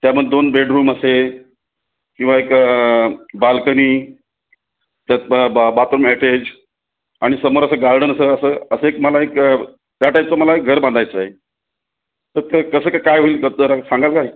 त्यामध्ये दोन बेडरूम असेल किंवा एक बाल्कनी त्यात बा बा बाथुम अॅटेच आणि समोर असं गार्डन असं असं असं एक मला एक या टाईपचं मला एक घर बांधायचं आहे तर ते कसं क् काय होईल कसं जरा सांगाल काय